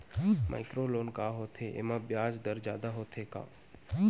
Micro loan का होथे येमा ब्याज दर जादा होथे का?